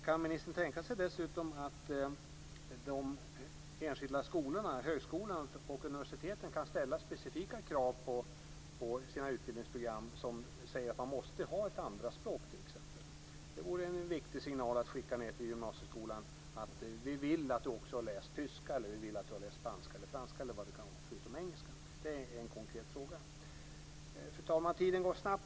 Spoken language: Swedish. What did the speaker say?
Kan ministern dessutom tänka sig att de enskilda högskolorna och universiteten kan ställa specifika krav på sina utbildningsprogram som säger att man måste ha ett andraspråk t.ex.? En viktig signal att skicka med till gymnasieskolan är just att säga: Vi vill att du också har läst tyska, spanska eller franska - eller vad det nu kan vara - förutom engelska. Detta är en konkret fråga. Fru talman! Tiden går snabbt.